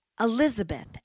Elizabeth